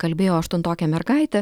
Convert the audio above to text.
kalbėjo aštuntokė mergaitė